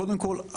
קודם כל,